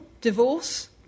divorce